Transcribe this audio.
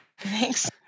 Thanks